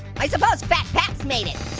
i suppose fat paps made it.